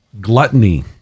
gluttony